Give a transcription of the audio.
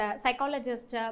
psychologist